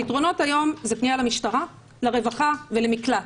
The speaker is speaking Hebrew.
הפתרונות היום הם פנייה למשטרה, לרווחה ולמקלט.